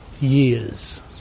years